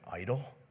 idol